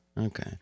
Okay